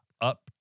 up